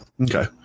Okay